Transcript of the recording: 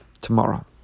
tomorrow